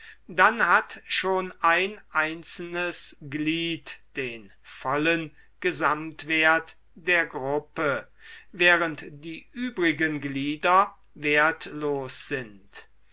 dann hat schon ein einzelnes glied den vollen gesamtwert der gruppe während die übrigen glieder wertlos sind